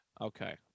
okay